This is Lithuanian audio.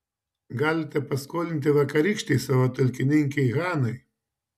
galite paskolinti vakarykštei savo talkininkei hanai